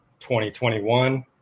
2021